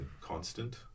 constant